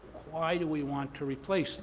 why do we want to replace